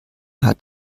hat